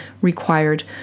required